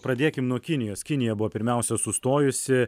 pradėkim nuo kinijos kinija buvo pirmiausia sustojusi